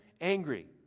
angry